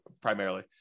primarily